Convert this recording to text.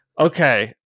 Okay